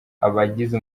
abagize